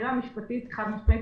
אמירה משפטית חד משמעית.